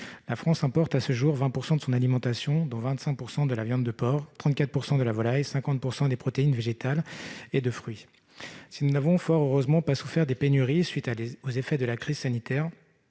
La France importe encore à ce jour 20 % de son alimentation, dont 25 % de la viande de porc, 34 % de la volaille, 50 % des protéines végétales et des fruits. Si nous n'avons fort heureusement pas souffert de pénuries du fait de la crise sanitaire,